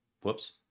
Whoops